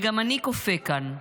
וגם אני קופא כאן.